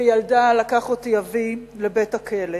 כילדה לקח אותי אבי לבית-הכלא.